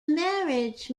marriage